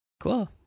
Cool